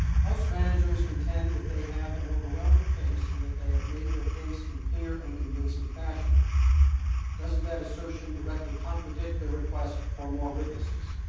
house managers contend that they have an overwhelming case and that they have made their case in clear and convincing fashion doesn't that assertion directly contradict the request for more witnesses